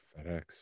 FedEx